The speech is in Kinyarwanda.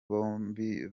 bombi